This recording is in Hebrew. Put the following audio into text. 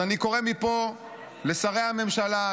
אז אני קורא מפה לשרי הממשלה,